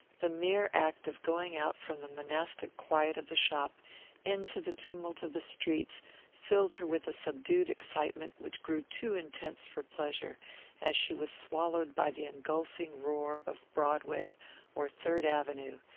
the mere act of going out from the monastic quiet of the shop into the tumult of the streets filled her with a subdued excitement which grew too intense for pleasure as she was swallowed by the engulfing roar of broadway or third avenue,